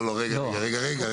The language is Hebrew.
לא, לא, רגע, רגע.